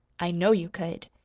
i know you could.